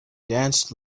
danced